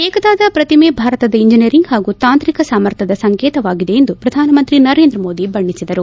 ಏಕತಾದ ಪ್ರತಿಮೆ ಭಾರತದ ಇಂಜಿನಿಯರಿಂಗ್ ಹಾಗೂ ತಾಂತ್ರಿಕ ಸಾಮರ್ಥ್ನದ ಸಂಕೇತವಾಗಿದೆ ಎಂದು ಪ್ರಧಾನಮಂತ್ರಿ ನರೇಂದ್ರ ಮೋದಿ ಬಣ್ಣಿಸಿದರು